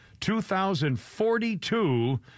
2042